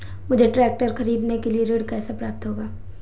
मुझे ट्रैक्टर खरीदने के लिए ऋण कैसे प्राप्त होगा?